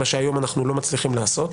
מה שהיום אנחנו לא מצליחים לעשות.